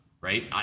right